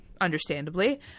understandably